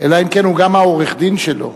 אלא אם כן הוא גם העורך-דין שלו.